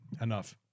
enough